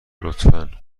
لطفا